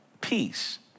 peace